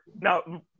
now